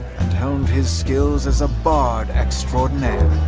and honed his skills as a bard extraordinaire.